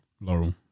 laurel